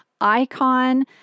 icon